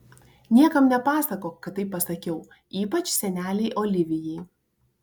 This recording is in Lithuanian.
niekam nepasakok kad taip pasakiau ypač senelei olivijai